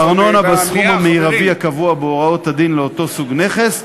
ארנונה בסכום המרבי הקבוע בהוראות הדין לאותו סוג נכס.